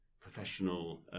professional